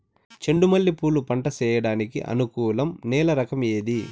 చెండు మల్లె పూలు పంట సేయడానికి అనుకూలం నేల రకం ఏది